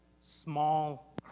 small